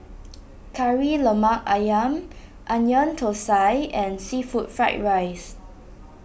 Kari Lemak Ayam Onion Thosai and Seafood Fried Rice